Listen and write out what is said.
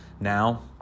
Now